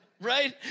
right